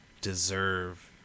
deserve